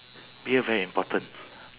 beer very important